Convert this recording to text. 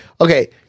Okay